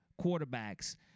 quarterbacks